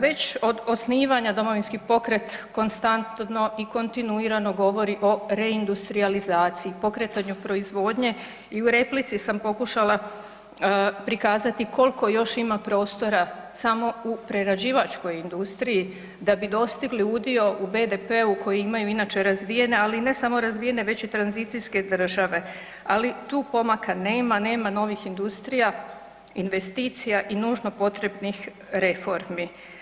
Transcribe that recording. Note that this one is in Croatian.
Već od osnivanja, Domovinski pokret konstantno i kontinuirano govori o reindustrijalizaciji, pokretanju proizvodnje i u replici sam pokušala prikazati koliko još ima prostora samo u prerađivačkoj industriji da bi dostigli udio u BDP-u koji imaju inače razvijena ali i ne samo razvijena već i tranzicijske države ali tu pomaka nema, nema novih industrija, investicija i nužno potrebnih reformi.